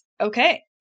Okay